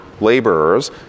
laborers